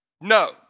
no